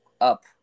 up